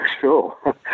Sure